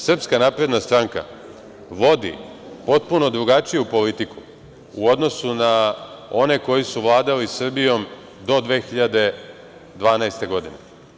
Srpska napredna stranka, vodi potpuno drugačiju politiku u odnosu na one koje su vladali Srbijom do 2012. godine.